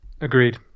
agreed